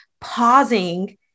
pausing